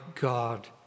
God